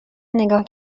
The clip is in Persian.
نگاه